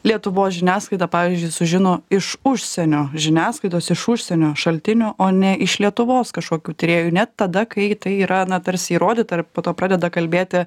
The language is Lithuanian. lietuvos žiniasklaida pavyzdžiui sužino iš užsienio žiniasklaidos iš užsienio šaltinių o ne iš lietuvos kažkokių tyrėjų net tada kai tai yra na tarsi įrodyta ir po to pradeda kalbėti